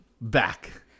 back